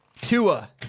Tua